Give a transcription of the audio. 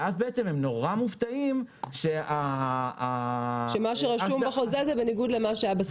ואז הם מופתעים מאוד שמה שרשום בחוזה זה בניגוד למה שהיה בשיחה.